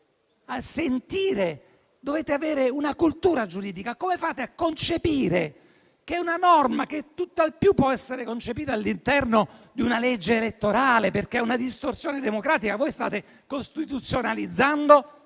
voi che dovreste avere una cultura giuridica, come fate a concepire una norma che tutt'al più può essere inserita all'interno di una legge elettorale? È una distorsione democratica: voi state costituzionalizzando